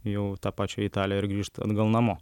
jau tą pačią italiją ir grįžt atgal namo